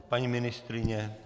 Paní ministryně?